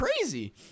crazy